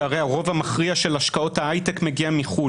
שהרי הרוב המכריע של השקעות ההיי-טק מגיע מחוץ